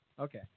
Okay